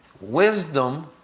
Wisdom